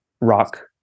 rock